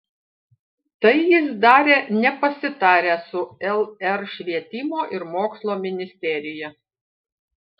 tai jis darė nepasitaręs su lr švietimo ir mokslo ministerija